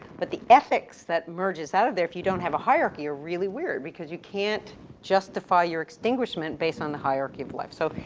but the ethics that merges out of there if you don't have a hierarchy are really weird because you can't justify your extinguishment based on the hierarchy of life. so,